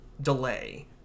delay